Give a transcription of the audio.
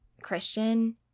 Christian